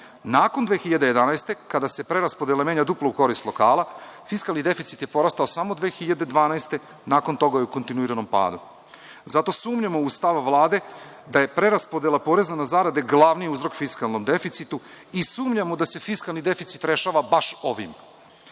Nakon 2011. godine kada se preraspodela menja duplo u korist lokala, fiskalni deficit je porastao samo 2012. godine, a nakon toga je u kontinuiranom padu. Zato sumnjamo u stav Vlade da je preraspodela poreza na zarade glavni uzrok fiskalnog deficita i sumnjamo da se fiskalni deficit rešava baš ovim. Mi